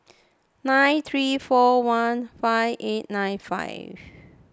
nine three four one five eight nine five